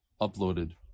uploaded